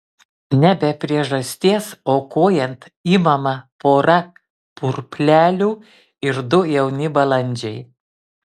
ne be priežasties aukojant imama pora purplelių ir du jauni balandžiai